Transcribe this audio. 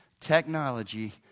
technology